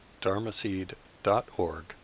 dharmaseed.org